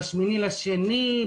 ב-8.2,